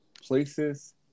Places